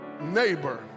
Neighbor